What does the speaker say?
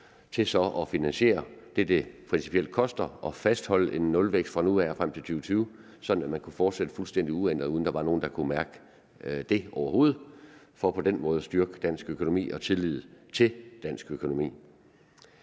til så at finansiere det, det principielt koster at fastholde en nulvækst fra nu af og frem til 2020, sådan at man kan fortsætte fuldstændig uændret, uden at der var nogen, der kunne mærke det overhovedet, for på den måde at styrke dansk økonomi og tillid til dansk økonomi.